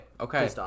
okay